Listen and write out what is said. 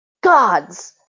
gods